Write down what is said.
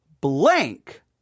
blank